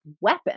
weapon